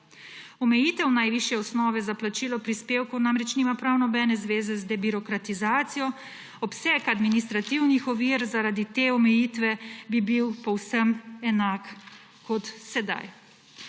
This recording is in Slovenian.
Omejitev najvišje osnove za plačilo prispevkov namreč nima prav nobene zveze z debirokratizacijo, obseg administrativnih ovir zaradi te omejitve bi bil povsem enak kot sedaj.